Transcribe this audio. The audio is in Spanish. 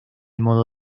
modo